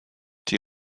die